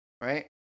right